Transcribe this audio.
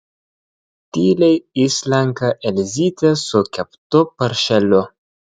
tyliai įslenka elzytė su keptu paršeliu